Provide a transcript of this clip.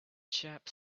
chap